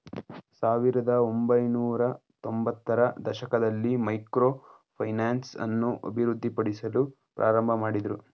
ಸಾವಿರದ ಒಂಬೈನೂರತ್ತೊಂಭತ್ತ ರ ದಶಕದಲ್ಲಿ ಮೈಕ್ರೋ ಫೈನಾನ್ಸ್ ಅನ್ನು ಅಭಿವೃದ್ಧಿಪಡಿಸಲು ಪ್ರಾರಂಭಮಾಡಿದ್ರು